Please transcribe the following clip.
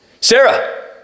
Sarah